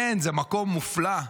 אין, זה מקום מופלא.